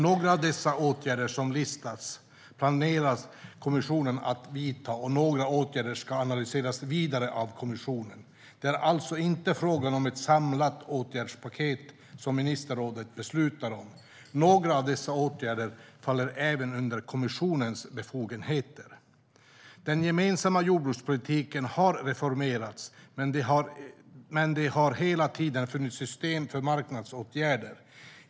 Några av de åtgärder som listats planerar kommissionen att vidta, och några åtgärder ska analyseras vidare av kommissionen. Det är alltså inte frågan om ett samlat åtgärdspaket som ministerrådet beslutar om. Några av dessa åtgärder faller även under kommissionens befogenheter. Den gemensamma jordbrukspolitiken har reformerats, men det har hela tiden funnits system för marknadsåtgärder.